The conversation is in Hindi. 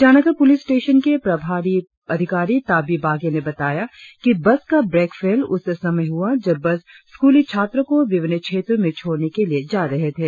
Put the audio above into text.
ईटानगर पुलिस स्टेशन के प्रभारी अधिकारी ताबी बागे ने बताया कि बस का ब्रेक फेल उस समय हुआ जब बस स्कूली छात्रों को विभिन्न क्षेत्रों में छोड़ने के लिए जा रहे थे